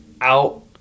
out